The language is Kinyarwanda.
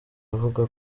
avuga